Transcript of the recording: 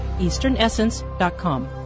easternessence.com